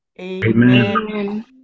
Amen